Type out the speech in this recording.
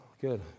good